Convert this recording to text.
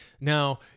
Now